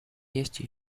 есть